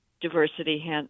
diversity